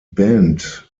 band